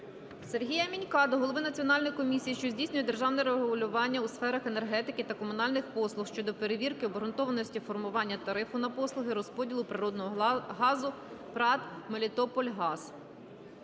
Сергія Мінька до голови Національної комісії, що здійснює державне регулювання у сферах енергетики та комунальних послуг щодо перевірки обґрунтованості формування тарифу на послуги розподілу природного газу ПрАТ "Мелітопольгаз".